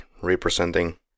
representing